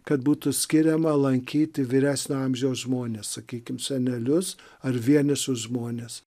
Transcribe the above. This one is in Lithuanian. kad būtų skiriama lankyti vyresnio amžiaus žmones sakykim senelius ar vienišus žmones